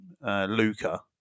Luca